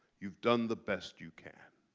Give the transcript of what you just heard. you've done the best you can.